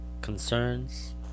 Concerns